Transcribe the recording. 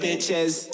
Bitches